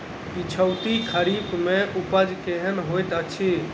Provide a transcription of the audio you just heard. पिछैती खरीफ मे उपज केहन होइत अछि?